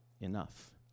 Enough